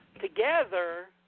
together